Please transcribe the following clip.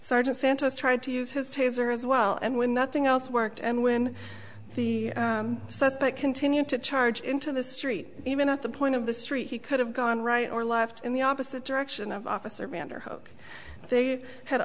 sergeant santos tried to use his taser as well and when nothing else worked and when the suspect continued to charge into the street even at the point of the street he could have gone right or left in the opposite direction of officer vander hook they had